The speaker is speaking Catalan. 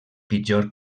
pitjor